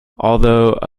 although